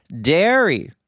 Dairy